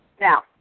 Now